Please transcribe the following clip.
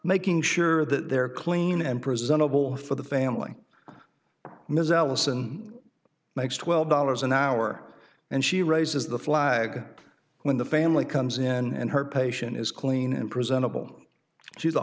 making sure that they're clean and presentable for the family ms allison makes twelve dollars an hour and she raises the flag when the family comes in and her patient is clean and presentable she's a